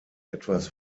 etwas